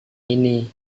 ini